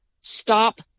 Stop